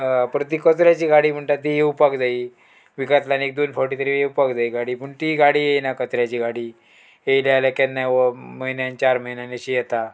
परत ती कचऱ्याची गाडी म्हणटा ती येवपाक जायी विकांतल्यान एक दोन फावटी तरी येवपाक जाय गाडी पूण ती गाडी येयना कचऱ्याची गाडी येयल्या जाल्यार केन्नाय म्हयन्यान चार म्हयन्यान अशी येता